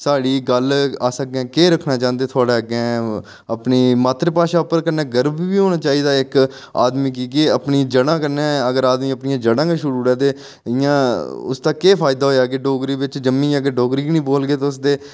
साढ़ी गल्ल अस अग्गें केह् रक्खना चांह्दे थुआढ़े अग्गें अपनी मात्र भाशा उप्पर कन्नै गर्व बी होना चाहिदा इक आदमी गी कि अपनी जड़ां कन्नै अगर आदमी अपनियां जड़ां गै छोड़ी ओड़गे उस दा केह् फायदा होआ कि डोगरी बिच जम्मियै ते डोगरी गै निं बोलगे ते